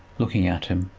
looking at him,